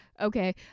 Okay